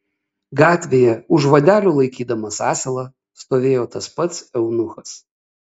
gatvėje už vadelių laikydamas asilą stovėjo tas pats eunuchas